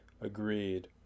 Agreed